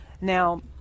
Now